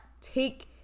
take